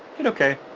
hit ok,